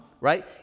right